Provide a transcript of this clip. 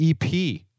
EP